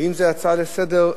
ואם זו הצעה דחופה לסדר-היום,